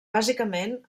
bàsicament